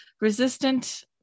resistant